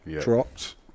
dropped